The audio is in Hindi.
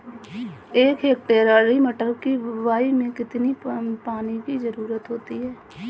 एक हेक्टेयर हरी मटर की बुवाई में कितनी पानी की ज़रुरत होती है?